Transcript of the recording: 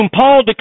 Paul